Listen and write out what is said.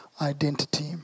identity